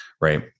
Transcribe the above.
Right